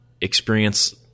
experience